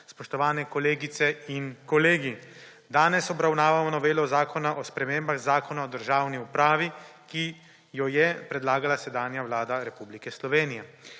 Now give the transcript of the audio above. spoštovane kolegice in kolegi. Danes obravnavamo novelo Zakona o spremembah Zakona o državni upravi, ki jo je predlagala sedanja Vlada Republike Slovenije.